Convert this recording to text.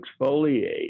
exfoliate